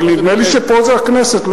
אבל נדמה לי שפה זו הכנסת.